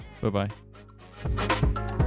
Bye-bye